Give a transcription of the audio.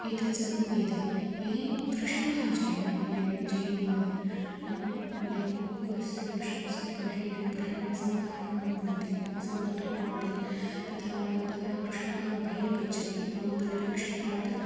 एतत् सर्वं दीयते यदि वृषभः चेत् विजयी भवद् नाम यः कोऽपि तस्य वृषभस्य गृहेन ग्रहणे असमर्थाः भवन्ति असमर्थो भवति तथा तदा वृषभः बहिर्गच्छति नाम क्रीडा क्षेत्रात्